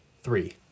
Three